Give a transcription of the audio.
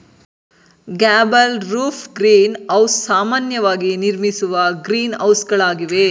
gable roofed green house ಸಾಮಾನ್ಯವಾಗಿ ನಿರ್ಮಿಸುವ ಗ್ರೀನ್ಹೌಸಗಳಾಗಿವೆ